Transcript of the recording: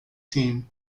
team